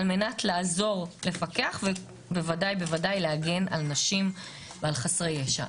על מנת לעזור לפקח ובוודאי ובוודאי להגן על נשים ועל חסרי ישע.